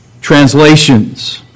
translations